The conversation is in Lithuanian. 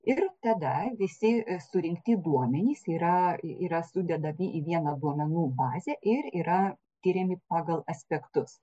ir tada visi surinkti duomenys yra yra sudedami į vieną duomenų bazę ir yra tiriami pagal aspektus